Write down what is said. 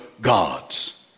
gods